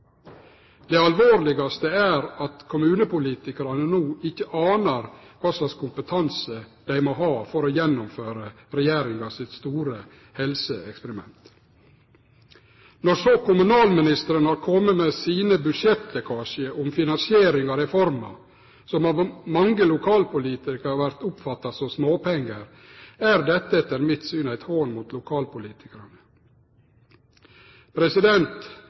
Det alvorlegaste er at kommunepolitikarane no ikkje anar kva slags kompetanse dei må ha for å gjennomføre regjeringa sitt store helseeksperiment. Når så kommunalministeren har kome med sin budsjettlekkasje om finansiering av reforma, som av mange lokalpolitikarar vert oppfatta som småpengar, er dette etter mitt syn ein hån mot lokalpolitikarane.